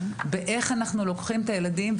איך לוקחים את הילדים,